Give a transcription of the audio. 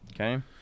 Okay